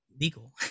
legal